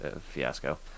fiasco